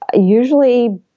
usually